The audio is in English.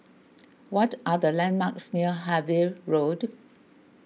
what are the landmarks near Harvey Road